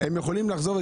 הם יכולים לחזור,